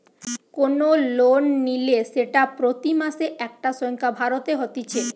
কোন লোন নিলে সেটা প্রতি মাসে একটা সংখ্যা ভরতে হতিছে